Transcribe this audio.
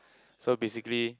so basically